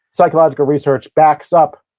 psychological research backs up,